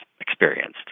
experienced